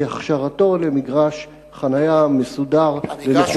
הכשרתו למגרש חנייה מסודר לרשות הציבור?